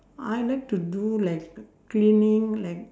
I like to do like cleaning like